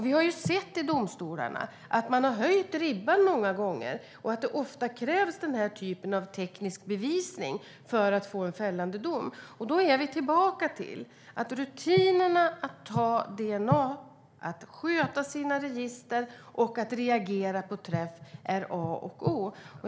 Vi har sett i domstolarna att man många gånger har höjt ribban och att det ofta krävs denna typ av teknisk bevisning för att få en fällande dom. Då är vi tillbaka till att rutinerna att ta DNA, att sköta sina register och att reagera på träff är A och O.